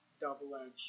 double-edged